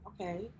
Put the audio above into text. Okay